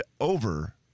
over